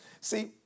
See